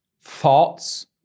Thoughts